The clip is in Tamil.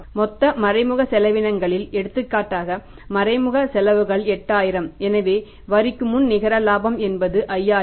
மொத்த மறைமுக செலவினங்களில் எடுத்துக்காட்டாக மறைமுக செலவுகள் 8000 எனவே வரிக்கு முன் நிகர இலாபம் என்பது 5000